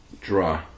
Draw